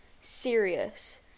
serious